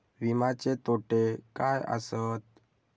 विमाचे तोटे काय आसत?